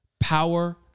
Power